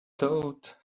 toad